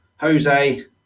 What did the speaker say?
Jose